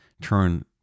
turn